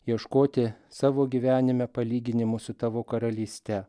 ieškoti savo gyvenime palyginimų su tavo karalyste